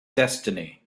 destiny